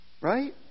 Right